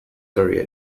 career